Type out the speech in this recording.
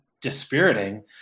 dispiriting